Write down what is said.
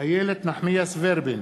איילת נחמיאס ורבין,